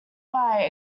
why